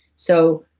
so,